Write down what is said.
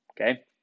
Okay